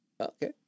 Okay